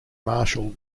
marshal